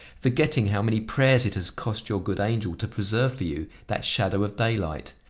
forgetting how many prayers it has cost your good angel to preserve for you that shadow of daylight!